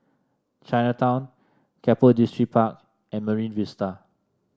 Chinatown Keppel Distripark and Marine Vista